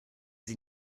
sie